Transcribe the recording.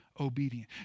obedient